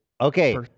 Okay